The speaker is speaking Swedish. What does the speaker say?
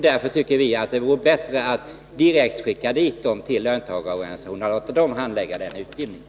Därför tycker vi att det vore bättre att direkt skicka pengarna till löntagarorganisationerna och låta dem handha utbildningen.